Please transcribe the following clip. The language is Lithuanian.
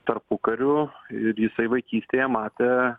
tarpukariu ir jisai vaikystėje matė